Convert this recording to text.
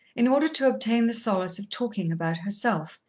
in order to obtain the solace of talking about herself,